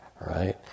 right